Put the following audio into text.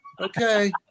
okay